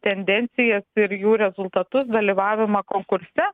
tendencijas ir jų rezultatus dalyvavimą konkurse